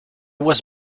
was